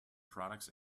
products